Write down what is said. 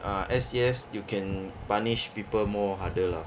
ah S_C_S you can punish people more harder lah